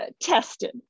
tested